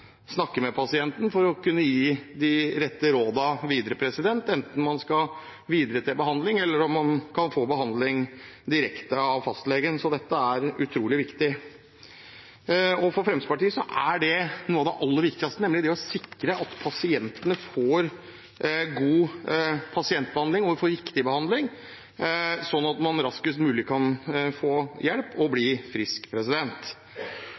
snakke med pasienten, for å kunne gi de rette rådene videre, enten pasienten skal videre til behandling eller kan få behandling direkte av fastlegen. Dette er utrolig viktig. For Fremskrittspartiet er noe av det aller viktigste å sikre at pasientene får god og riktig behandling, sånn at de raskest mulig kan få hjelp og